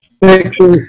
picture